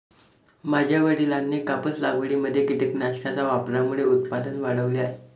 माझ्या वडिलांनी कापूस लागवडीमध्ये कीटकनाशकांच्या वापरामुळे उत्पादन वाढवले आहे